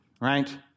right